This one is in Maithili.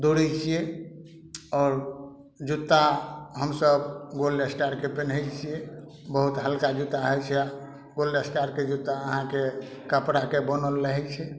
दौड़य छियै आओर जूत्ता हमसब गोल्ड स्टारके पेन्हय छियै बहुत हल्का जूता होइ छै गोल्ड स्टारके जूता अहाँके कपड़ाके बनल रहय छै